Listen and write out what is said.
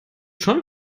schon